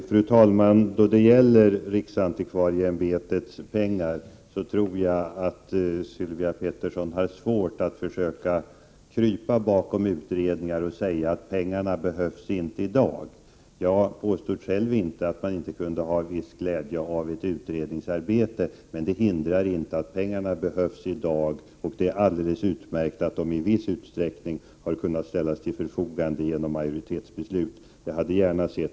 Fru talman! Då det gäller riksantikvarieämbetets pengar tror jag att det är svårt för Sylvia Pettersson att krypa bakom utredningar och säga att pengarna inte behövs i dag. Jag påstod inte att man inte kunde ha en viss glädje av ett utredningsarbete, men pengarna behövs i dag. Det är alldeles utmärkt att de i viss utsträckning har kunnat ställas till förfogande genom Prot. 1988/89:103 majoritetsbeslut.